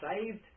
saved